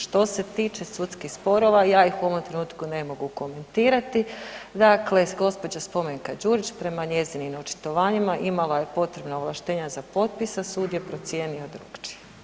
Što se tiče sudskih sporova ja ih u ovom trenutku ne mogu komentirati, dakle gđa. Spomenka Đurić prema njezinim očitovanjima imala je potrebna ovlaštenja za potpis, a sud je procijenio drukčije.